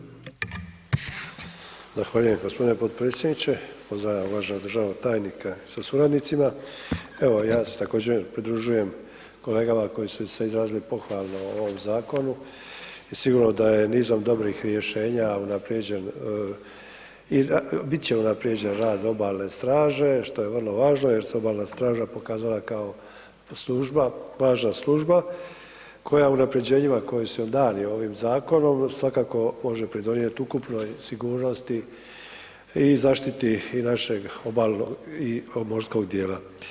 Zahvaljujem g. potpredsjedniče, pozdravljam uvaženog državnog tajnika sa suradnicima, evo ja se također pridružujem kolegama koji su i sve izrazili pohvalno ovom zakonu i sigurno da je nizom dobrih rješenja unaprjeđen, bit će unaprjeđen rad obalne straže, što je vrlo važno jer se obalna straža pokazala kao služba, važna služba koja unapređenjima koji su joj dani ovim zakonom svakako može pridonijet ukupnoj sigurnosti i zaštiti i našeg obalnog i morskog dijela.